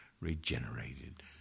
regenerated